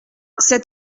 cet